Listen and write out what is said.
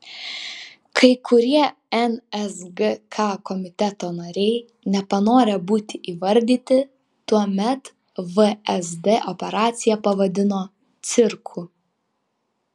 kai kurie nsgk komiteto nariai nepanorę būti įvardyti tuomet vsd operaciją pavadino cirku